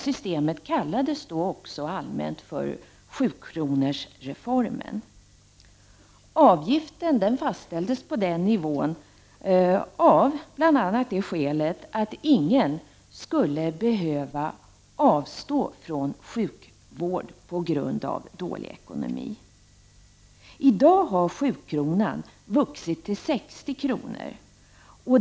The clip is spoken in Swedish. ; systemet kallades allmänt också för 7-kronorsreformen. Avgiften fastställdes på den nivån av bl.a. det skälet att ingen skulle behöva avstå från sjukvård på grund av dålig ekonomi. I dag har 7-kronan vuxit till 60 kr.